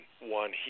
one